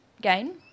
gain